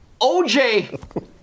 OJ